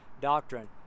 doctrine